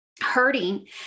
hurting